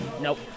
Nope